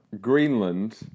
Greenland